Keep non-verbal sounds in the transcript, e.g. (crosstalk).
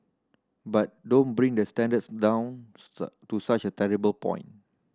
but don't bring the standards down (unintelligible) to such a terrible point